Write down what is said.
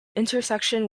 intersection